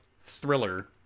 Thriller